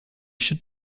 should